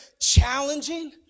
challenging